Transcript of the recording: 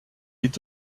est